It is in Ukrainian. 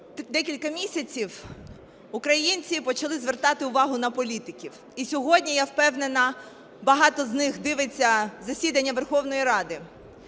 декілька місяців українці почали звертати увагу на політиків, і сьогодні, я впевнена, багато з них дивиться засідання Верховної Ради,